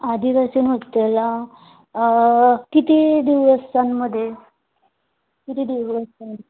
आदिवासी नृत्याला किती दिवसांमध्ये किती दिवस